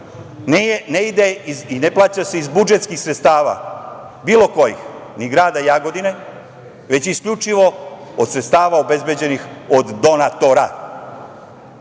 ne ide i ne plaća se iz budžetskih sredstava, bilo kojih, ni grada Jagodine, već isključivo od sredstava obezbeđenih od donatora.